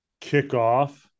kickoff